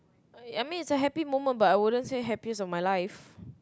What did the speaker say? I mean it's a happy moment but I wouldn't say happiest of my life